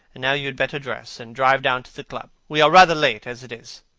and now you had better dress and drive down to the club. we are rather late, as it is.